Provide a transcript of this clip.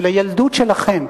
של הילדות שלכם,